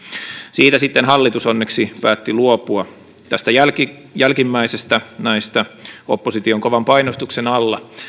siitä sitten hallitus onneksi päätti luopua tästä jälkimmäisestä opposition kovan painostuksen alla